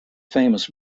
famous